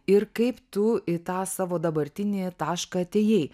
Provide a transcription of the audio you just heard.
ir kaip tu į tą savo dabartinį tašką atėjai